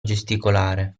gesticolare